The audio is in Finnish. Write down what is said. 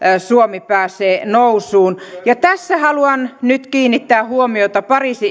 suomi pääsee nousuun tässä haluan nyt kiinnittää huomiota pariisin